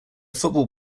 football